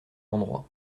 endroit